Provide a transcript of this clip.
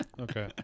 okay